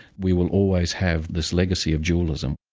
we will always have this legacy of dualism.